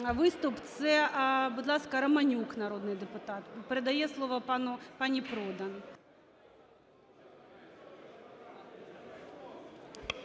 виступ. Це, будь ласка, Романюк народний депутат. Передає слово пані Продан.